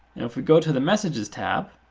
and if we go to the messages tab,